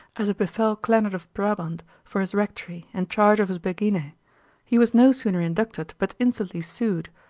as it befell clenard of brabant, for his rectory, and charge of his beginae he was no sooner inducted, but instantly sued,